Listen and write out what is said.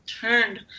turned